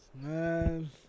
Man